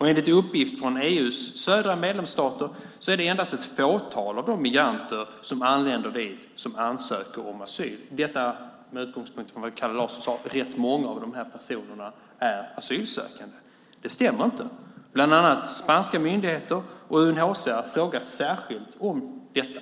Enligt uppgift från EU:s södra medlemsstater är det endast ett fåtal av de migranter som anländer dit som ansöker om asyl. Kalle Larsson sade att rätt många av de här personerna är asylsökande. Det stämmer inte. Spanska myndigheter och UNHCR frågar särskilt om detta.